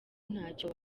ntacyo